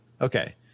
Okay